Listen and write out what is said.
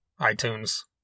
iTunes